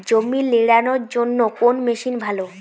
জমি নিড়ানোর জন্য কোন মেশিন ভালো?